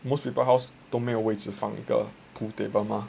most people house 都没有位置放一个 pool table mah